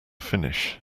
finish